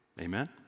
amen